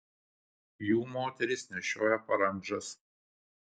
jų moterys nešioja parandžas